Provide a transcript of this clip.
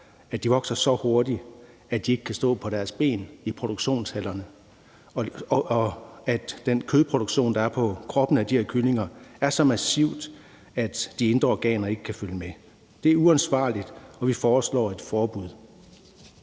at de vokser så hurtigt, at de ikke kan stå på deres ben i produktionshallerne, og at den kødproduktion, der er på kroppen af de her kyllinger, er så massiv, at de indre organer ikke kan følge med. Det er uansvarligt, og vi foreslår et forbud.